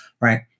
Right